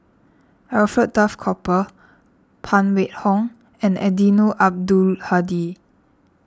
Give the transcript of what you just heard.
Alfred Duff Cooper Phan Wait Hong and Eddino Abdul Hadi